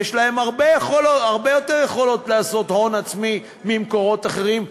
יש להם הרבה יותר יכולות לעשות הון עצמי ממקורות אחרים,